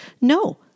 No